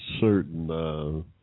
certain